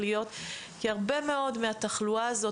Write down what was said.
כי הרבה מאוד מהתחלואה הזאת